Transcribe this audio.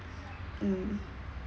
mm